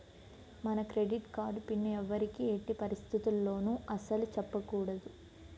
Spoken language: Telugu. మన క్రెడిట్ కార్డు పిన్ ఎవ్వరికీ ఎట్టి పరిస్థితుల్లోనూ అస్సలు చెప్పకూడదు